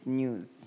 news